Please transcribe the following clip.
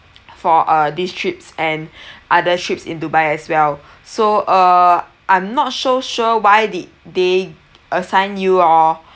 for uh these trips and other trips in dubai as well so err I'm not so sure why did they assign you or